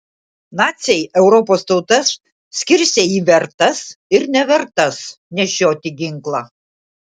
naciai europos tautas skirstė į vertas ir nevertas nešioti ginklą